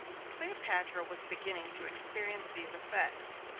cleopatra was beginning to experience these effects.